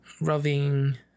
rubbing